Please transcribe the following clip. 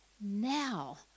now